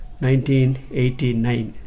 1989